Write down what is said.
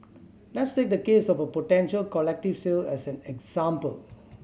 let's take the case of a potential collective sale as an example